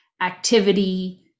activity